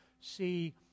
see